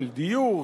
של דיור,